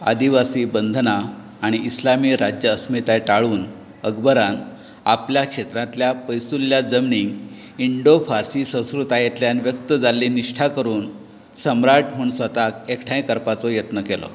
आदिवासी बंधनां आनी इस्लामी राज्य अस्मिताय टाळून अकबरान आपल्या क्षेत्रांतल्या पयसुल्ल्या जमनींक इंडो फार्सी संस्कृतायेंतल्यान व्यक्त जाल्ली निश्ठा करून सम्राट म्हूण स्वताक एकठांय करपाचो यत्न केलो